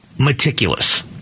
meticulous